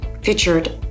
featured